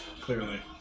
clearly